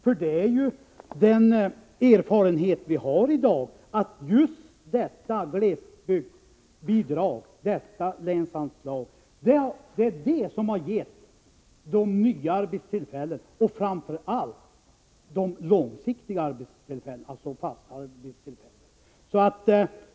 För det är ju den erfarenhet vi har i dag att det är detta glesbygdsbidrag som gett de nya arbetstillfällena, och framför allt de långsiktiga arbetstillfällena.